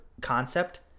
concept